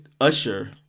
Usher